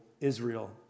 Israel